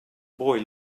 boy